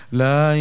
la